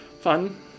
fun